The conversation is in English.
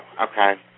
okay